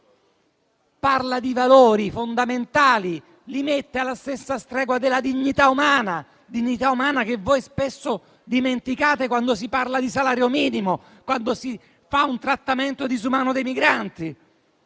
Parla di valori fondamentali e li mette alla stessa stregua della dignità umana, che voi spesso dimenticate quando si parla di salario minimo, quando si fa un trattamento disumano dei migranti.